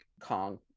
kong